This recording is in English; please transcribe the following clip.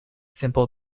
simple